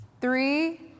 Three